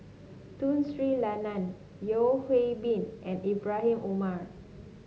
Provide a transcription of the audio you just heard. Tun Sri Lanang Yeo Hwee Bin and Ibrahim Omar